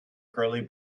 curly